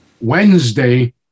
Wednesday